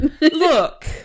Look